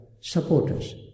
supporters